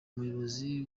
umuyobozi